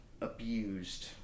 abused